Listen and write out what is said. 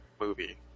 movie